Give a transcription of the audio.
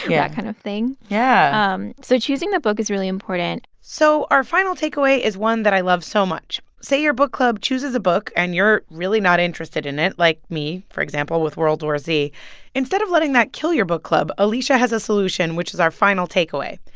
yeah. that kind of thing yeah um so choosing the book is really important so our final takeaway is one that i love so much. say your book club chooses a book and you're really not interested in it like me, for example, with world war z instead of letting that kill your book club, alisha has a solution, which is our final takeaway.